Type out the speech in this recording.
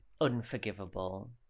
unforgivable